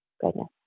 Goodness